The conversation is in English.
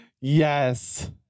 Yes